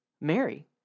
Mary